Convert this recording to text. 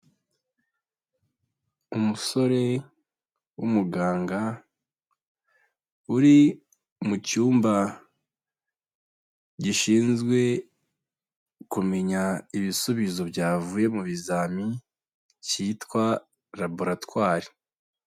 Umusore w'umuganga uri mu cyumba gishinzwe kumenya ibisubizo byavuye mu bizami, cyitwa raboratwari.